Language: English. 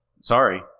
Sorry